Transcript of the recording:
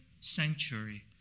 sanctuary